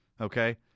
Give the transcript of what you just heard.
Okay